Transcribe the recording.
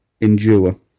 endure